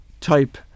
type